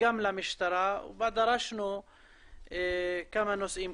וגם למשטרה, בה דרשנו כמה נושאים.